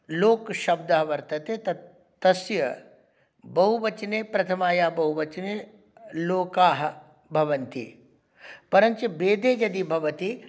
लोकशब्दः वर्तते तत् तस्य बहुवचने प्रथमायाः बहुवचने लोकाः भवन्ति परञ्च वेदे यदि भवति तदा